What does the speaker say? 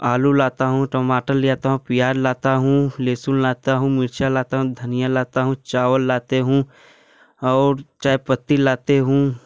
आलू लाता हूँ टमाटर ले आता हूँ प्याज लाता हूँ लहसून लाता हूँ मिर्चा लाता हूँ धनिया लाता हूँ चावल लाते हूँ और चायपत्ती लाते हूँ